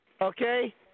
Okay